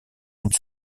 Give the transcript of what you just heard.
une